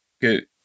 Good